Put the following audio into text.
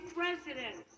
president